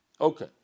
Okay